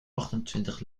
achtentwintig